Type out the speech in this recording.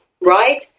right